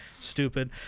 stupid